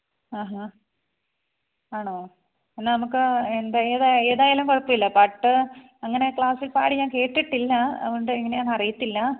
ആ ഹാ ആണോ എന്നാൽ നമുക്ക് എന്താ ഏതാ ഏതായാലും കുഴപ്പമില്ല പാട്ട് അങ്ങനെ ക്ലാസി പാടി ഞാന് കേട്ടിട്ടില്ല അതുകൊണ്ട് എങ്ങനെയാന്ന് അറിയത്തില്ല